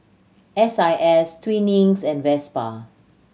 S I S Twinings and Vespa